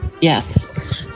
Yes